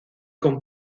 con